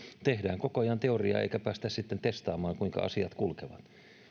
tehdään koko ajan teoriaa eikä päästä sitten testaamaan kuinka asiat kulkevat